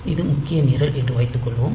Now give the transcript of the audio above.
இது முக்கிய நிரல் என்று வைத்துக்கொள்வோம்